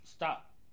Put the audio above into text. Stop